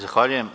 Zahvaljujem.